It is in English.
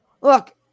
Look